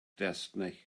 destiny